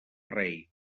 rei